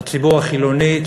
הציבור החילוני,